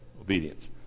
Obedience